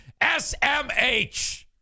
SMH